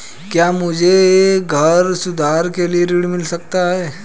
क्या मुझे घर सुधार के लिए ऋण मिल सकता है?